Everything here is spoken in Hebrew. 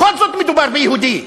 בכל זאת מדובר ביהודי,